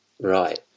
Right